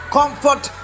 Comfort